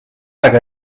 aeg